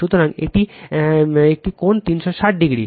সুতরাং এটি একটি কোণ 360 ডিগ্রি